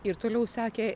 ir toliau sekė